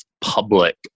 public